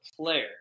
player